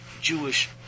Jewish